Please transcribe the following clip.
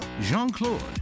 Jean-Claude